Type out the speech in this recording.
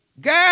Girl